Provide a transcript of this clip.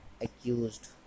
accused